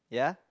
ya